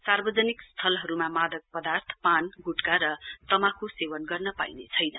सार्वजनिक स्थानहरूमा मादक पदार्थ पान गुट्का र तमाखु सेवन गर्न पाइनेछैन